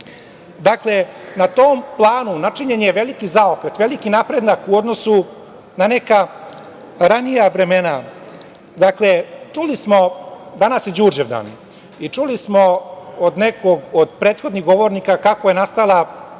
Dakle, na tom planu načinjen je veliki zaokret, veliki napredak u odnosu na neka ranija vremena. Danas je Đurđevdan i čuli smo od nekih prethodnih govornika kako je nastala čuvena